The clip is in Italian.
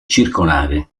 circolare